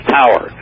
power